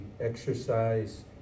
exercise